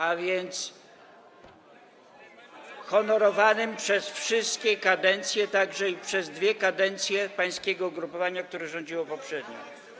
a więc honorowanym przez wszystkie kadencje, także przez dwie kadencje pańskiego ugrupowania, które rządziło poprzednio.